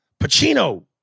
Pacino